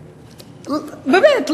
באמת,